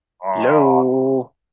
Hello